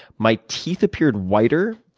my teeth appeared whiter,